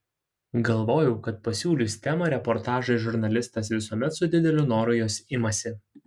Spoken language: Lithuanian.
galvojau kad pasiūlius temą reportažui žurnalistas visuomet su dideliu noru jos imasi